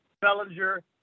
Bellinger